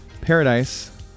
Paradise